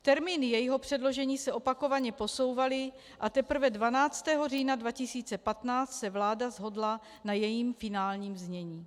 Termíny jejího předložení se opakovaně posouvaly a teprve 12. října 2015 se vláda shodla na jejím finálním znění.